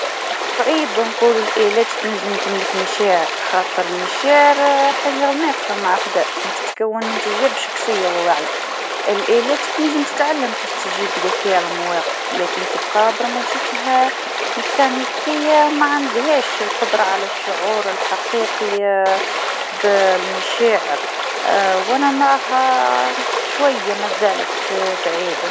في رأيي، الآلات ما تنجمش تملك مشاعر كيما الإنسان. رغم التطور التكنولوجي، المشاعر مرتبطة بالتجارب الحياتية والوعي. الآلات يمكنها تحاكي المشاعر، لكن ما تعيشهاش بصدق. الإنسان عنده عواطف عميقة، بينما الآلات تتبع برمجتها فقط.